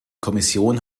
kommission